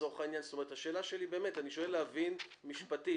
אני שואל כדי להבין מבחינה משפטית.